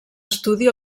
estudi